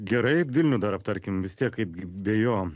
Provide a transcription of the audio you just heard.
gerai vilnių dar aptarkim vis tiek kaipgi be jo